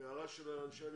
הערה של אנשי המקצוע?